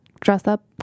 dress-up